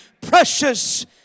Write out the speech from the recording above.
precious